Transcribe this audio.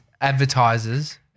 advertisers